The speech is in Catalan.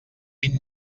vint